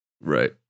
Right